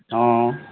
অঁ